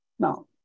Now